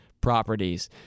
properties